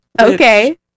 okay